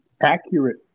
accurate